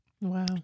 Wow